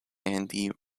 andy